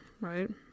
right